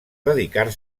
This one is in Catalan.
dedicar